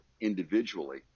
individually